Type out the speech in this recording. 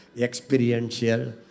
experiential